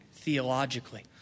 Theologically